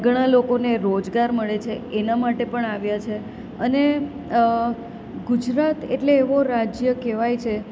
ઘણાં લોકોને રોજગાર મળે છે એના માટે પણ આવ્યા છે અને ગુજરાત એટલે એવો રાજ્ય કહેવાય છે